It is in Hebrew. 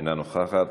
אינה נוכחת.